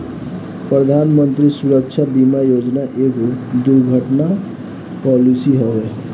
प्रधानमंत्री सुरक्षा बीमा योजना एगो दुर्घटना पॉलिसी हवे